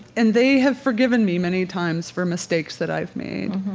and they have forgiven me many times for mistakes that i have made.